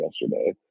yesterday